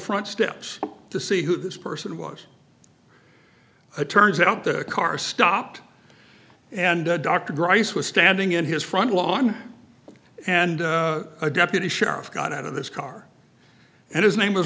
front steps to see who this person was turns out the car stopped and dr grice was standing in his front lawn and a deputy sheriff got out of his car and his name was